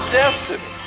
destiny